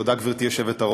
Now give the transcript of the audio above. תודה, גברתי היושבת-ראש.